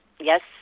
yes